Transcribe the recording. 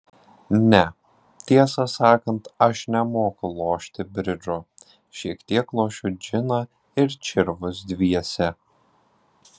ne tiesą sakant aš nemoku lošti bridžo šiek tiek lošiu džiną ir čirvus dviese